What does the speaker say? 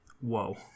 Whoa